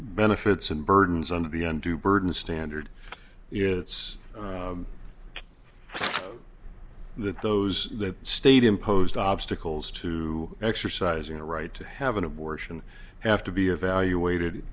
benefits and burdens on the undue burden standard it's that those that state imposed obstacles to exercising the right to have an abortion have to be evaluated